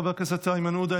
חבר הכנסת איימן עודה,